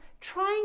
trying